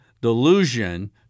delusion